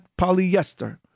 polyester